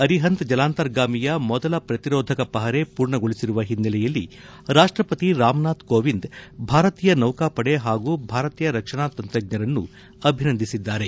ಅರಿಹಂತ್ ಅರಿಹಂತ್ ಜಲಾಂತರ್ಗಾಮಿಯ ಮೊದಲ ಪ್ರತಿರೋಧಕ ಪಹರೆ ಪೂರ್ಣಗೊಳಿಸಿರುವ ಹಿನ್ನೆಲೆಯಲ್ಲಿ ರಾಷ್ಟಪತಿ ರಾಮ್ನಾಥ್ ಕೋವಿಂದ್ ಭಾರತೀಯ ನೌಕಾಪಡೆ ಹಾಗೂ ಭಾರತೀಯ ರಕ್ಷಣಾ ತಂತ್ರಜ್ಞರನ್ನು ಅಭಿನಂದಿಸಿದ್ದಾರೆ